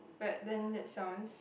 but then that sounds